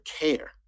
care